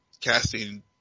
casting